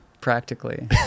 Practically